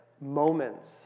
moments